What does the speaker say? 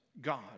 God